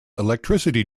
electricity